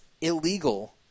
illegal